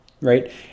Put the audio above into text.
right